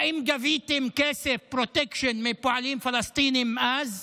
האם גביתם כסף, פרוטקשן, מפועלים פלסטינים אז?